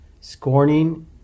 scorning